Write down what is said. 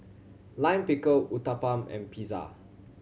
Lime Pickle Uthapam and Pizza